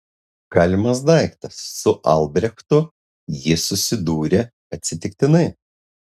galimas daiktas su albrechtu ji susidūrė atsitiktinai